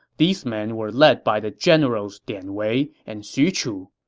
these men were led by the generals dian wei and xu chu.